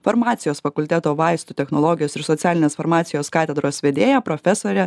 farmacijos fakulteto vaistų technologijos ir socialinės farmacijos katedros vedėja profesorė